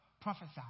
prophesy